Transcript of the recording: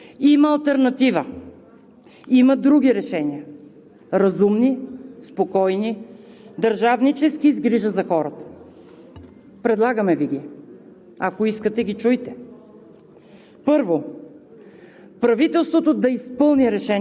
Спрете с това безумие! Има алтернатива. Има други решения – разумни, спокойни, държавнически и с грижа за хората. Предлагаме Ви ги – ако искате, ги чуйте: